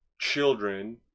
children